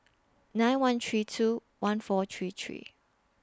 nine one three two one four three three